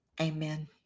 Amen